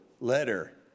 letter